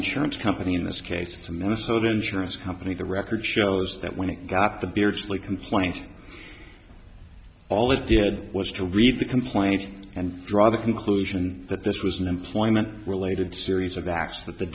insurance company in this case it's a minnesota insurance company the record shows that when it got the beardsley complaint all it did was to read the complaint and draw the conclusion that this was an employment related series of acts that the